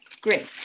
great